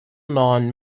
non